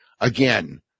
again